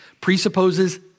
Presupposes